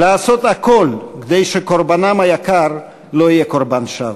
לעשות הכול כדי שקורבנן היקר לא יהיה קורבן שווא.